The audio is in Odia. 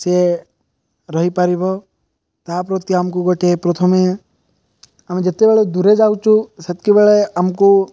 ସିଏ ରହିପାରିବ ତା ପ୍ରତି ଆମକୁ ଗୋଟେ ପ୍ରଥମେ ଆମେ ଯେତେବେଳେ ଦୂରକୁ ଯାଉଛୁ ସେତିକିବେଳେ ଆମକୁ